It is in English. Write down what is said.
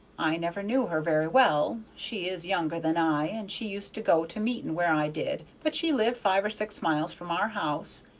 i never knew her very well she is younger than i, and she used to go to meeting where i did, but she lived five or six miles from our house.